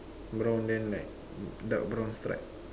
brown then like dark brown stripe